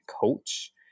coach